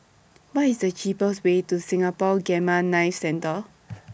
What IS The cheapest Way to Singapore Gamma Knife Centre